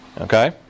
Okay